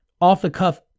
off-the-cuff